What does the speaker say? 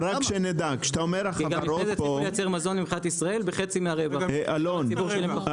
כי אם הוא ייצר מזון מבחינת ישראל בחצי מהרווח הציבור ישלם פחות.